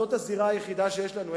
זו הזירה היחידה שיש לנו,